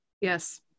yes